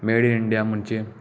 made in India म्हणजे